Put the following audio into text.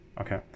Okay